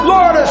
Lord